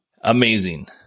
Amazing